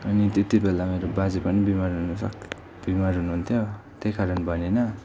अनि त्यति बेला मेरो बाजे पनि बिमार हुनु बिमार हुनु हुन्थ्यो त्यही कारण भनिनँ